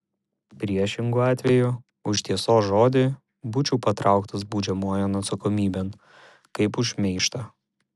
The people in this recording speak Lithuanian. priešingu atveju už tiesos žodį būčiau patrauktas baudžiamojon atsakomybėn kaip už šmeižtą